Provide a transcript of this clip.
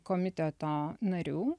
komiteto narių